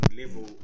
level